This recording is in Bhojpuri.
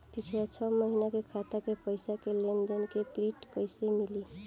पिछला छह महीना के खाता के पइसा के लेन देन के प्रींट कइसे मिली?